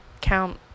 Count